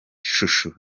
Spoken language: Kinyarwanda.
chouchou